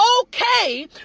okay